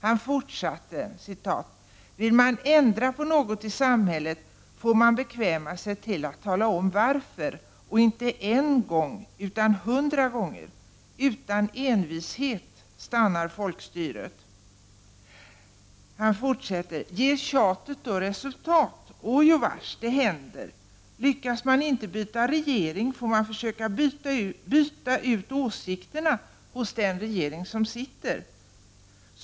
Han skrev: ”Vill man ändra på något i samhället får man bekväma sig till att tala om varför, och inte en gång utan hundra gånger. Utan envishet stannar folkstyret.” Vidare säger han: ”Ger tjatet då resultat? Åjovars, det händer. Lyckas man inte byta regering får man försöka byta ut åsikterna hos den regering som sitter.